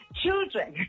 children